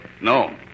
no